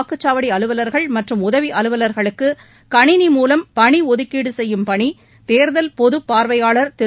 முன்னதாக வாக்குச்சாவடி அலுவலர்கள் மற்றும் உதவி அலவலர்களுக்கு கணினி மூலம் பணிஒதுக்கீடு செய்யும் பணி தேர்தல் பொதுப்பார்வையாளர் திரு